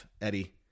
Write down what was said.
Eddie